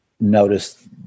notice